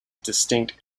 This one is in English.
distinct